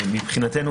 " מבחינתנו,